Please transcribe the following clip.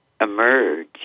emerge